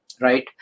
right